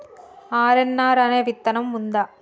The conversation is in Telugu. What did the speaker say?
ఆర్.ఎన్.ఆర్ అనే విత్తనం ఉందా?